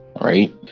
right